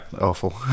Awful